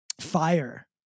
fire